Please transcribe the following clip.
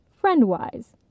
friend-wise